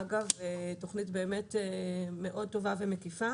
אגב, תוכנית מאוד טובה ומקיפה.